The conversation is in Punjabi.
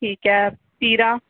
ਠੀਕ ਹੈ ਤੀਰਾ